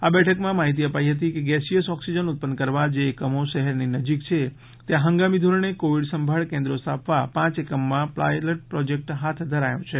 આ બેઠકમાં માહિતી અપાઈ હતી કે ગેસીયસ ઓક્સીજન ઉત્પન્ન કરવા જે એકમો શહેરની નજીક છે ત્યાં હંગામી ધોરણે કોવીડ સંભાળ કેન્દ્રો સ્થાપવા પાંચ એકમોમાં પાયલટ પ્રોજેક્ટ હાથ ધરાયો છે